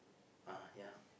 uh ya